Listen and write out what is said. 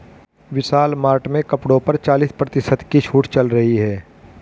विशाल mart में कपड़ों पर चालीस प्रतिशत की छूट चल रही है